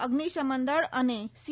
અગ્નિશમન દળ અને સી